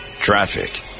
traffic